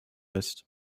ist